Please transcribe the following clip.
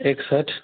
एकसठ